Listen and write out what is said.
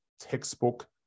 textbook